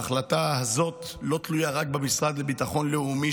ההחלטה הזאת לא תלויה רק במשרד לביטחון לאומי,